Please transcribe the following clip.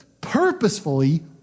purposefully